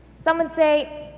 some would say,